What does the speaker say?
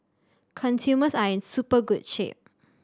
consumers are in super good shape